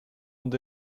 und